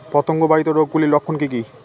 পতঙ্গ বাহিত রোগ গুলির লক্ষণ কি কি?